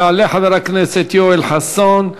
יעלה חבר הכנסת יואל חסון,